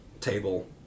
table